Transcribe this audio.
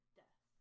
death